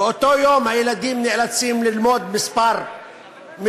באותו יום הילדים נאלצים ללמוד כמה מקצועות,